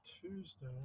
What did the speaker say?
Tuesday